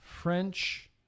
French